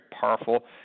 powerful